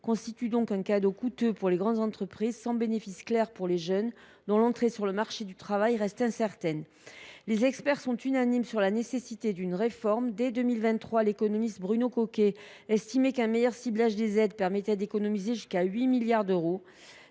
constitue un cadeau coûteux fait aux grandes entreprises, sans bénéfice clair pour les jeunes, dont l’entrée sur le marché du travail reste incertaine. Les experts sont unanimes quant à la nécessité d’une réforme. Dès 2023, l’économiste Bruno Coquet estimait qu’un meilleur ciblage des aides permettrait d’économiser jusqu’à 8 milliards d’euros.